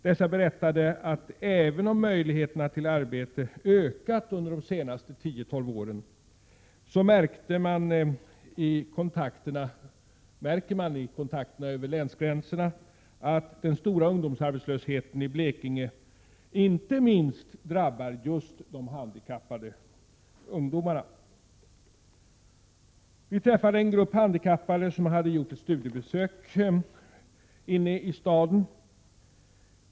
De berättade, att även om möjligheterna till arbete har ökat under de senaste 10—20 åren märks det i kontakterna över länsgränsen att den stora ungdomsarbetslösheten i Blekinge inte minst drabbar just de handikappade ungdomarna. Vi träffade en grupp handikappade som hade gjort ett studiebesök inne i staden.